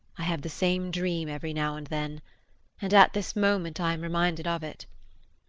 i have the same dream every now and then and at this moment i am reminded of it.